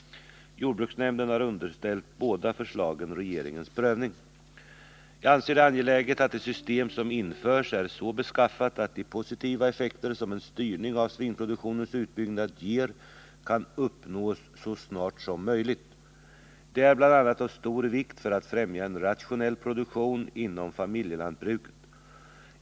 Jordbruksnämnden har underställt båda förslagen regeringens prövning. Jag anser det angeläget att det system som införs är så beskaffat att de positiva effekter som en styrning av svinproduktionens utbyggnad ger kan uppnås så snart som möjligt. Det är bl.a. av stor vikt för att främja en rationell produktion inom familjelantbruket.